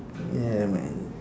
ya man